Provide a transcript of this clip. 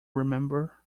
remember